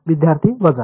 विद्यार्थी वजा